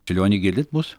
žilioni girdit mus